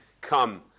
come